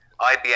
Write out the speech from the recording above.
IBM